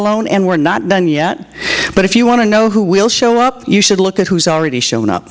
alone and we're not done yet but if you want to know who will show up you should look at who's already shown